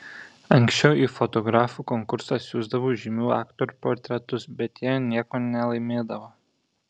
anksčiau į fotografų konkursą siųsdavau žymių aktorių portretus bet jie nieko nelaimėdavo